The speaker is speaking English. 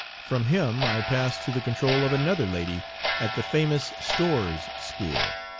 from him i passed to the control of another lady at the famous storr's school.